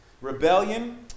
Rebellion